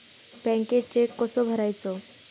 बँकेत चेक कसो भरायचो?